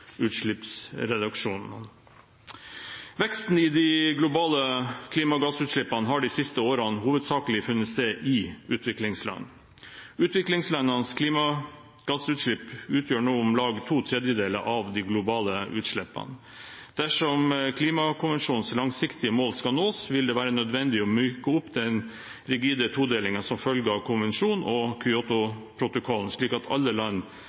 utslippsreduksjonene. Veksten i de globale klimagassutslippene har de siste årene hovedsakelig funnet sted i utviklingsland. Utviklingslandenes klimagassutslipp utgjør nå om lag to tredjedeler av de globale utslippene. Dersom klimakonvensjonens langsiktige mål skal nås, vil det være nødvendig å myke opp den rigide todelingen som følger av konvensjonen og Kyotoprotokollen, slik at alle land